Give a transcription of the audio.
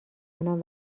نام